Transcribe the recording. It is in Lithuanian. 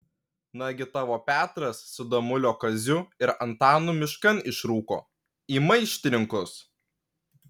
nagi tavo petras su damulio kaziu ir antanu miškan išrūko į maištininkus